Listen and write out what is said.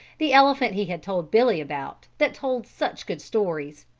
the elephant he had told billy about, that told such good stories.